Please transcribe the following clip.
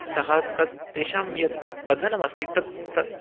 सह तत् तेषां यत् बन्धनमस्ति तत् त